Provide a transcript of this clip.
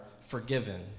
forgiven